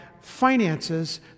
finances